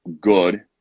good